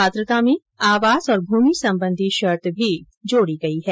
पात्रता में आवास और भूमि संबंधी शर्त भी जोडी गई है